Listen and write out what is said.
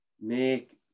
make